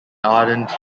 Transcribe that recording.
ardent